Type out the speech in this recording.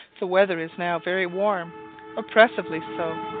the weather is now very warm oppressively so.